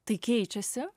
tai keičiasi